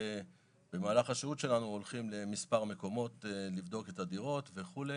השהות שלנו הולכים למספר מקומות לבדוק את הדירות וכו'.